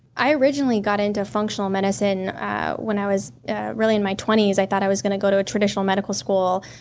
i originally got into functional medicine when i was ah really in my twenty s. i thought i was going to go to a traditional medicine school,